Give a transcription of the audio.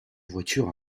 voiture